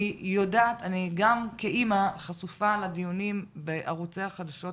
גם אני כאימא חשופה לדיונים בערוצי החדשות,